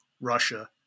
russia